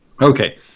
Okay